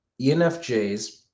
ENFJs